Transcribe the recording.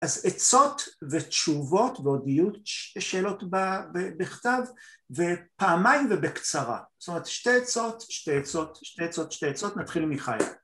אז עצות ותשובות ועוד יהיו שאלות בכתב, ופעמיים ובקצרה. זאת אומרת, שתי עצות, שתי עצות, שתי עצות, שתי עצות, נתחיל עם מיכאל.